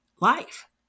life